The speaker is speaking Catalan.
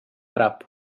àrab